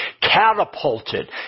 catapulted